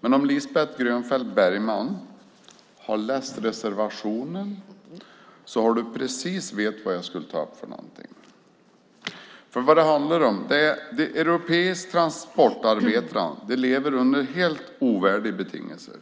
Men om Lisbeth Grönfeldt Bergman har läst reservationen vet hon precis vad jag ska ta upp. De europeiska transportarbetarna lever under helt ovärdiga betingelser.